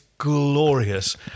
Glorious